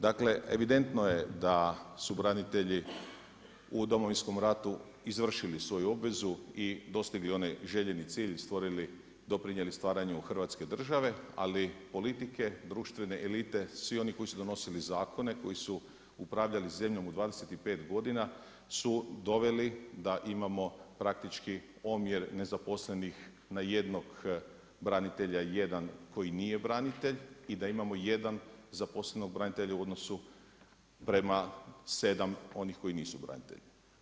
Dakle evidentno je da su branitelji u Domovinskom ratu izvršili svoju obvezu i dostigli onaj željeni cilj i stvorili, doprinijeli stvaranju Hrvatske države, ali politike, društvene elite i svi oni koji su donosili zakone, koji su upravljali zemljom u 25 godina su doveli da imamo praktički omjer nezaposlenih na jednog branitelja jedan koji nije branitelj i da imamo jedan zaposlenog branitelja u odnosu prema sedam onih koji nisu branitelji.